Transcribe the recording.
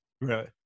right